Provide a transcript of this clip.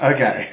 Okay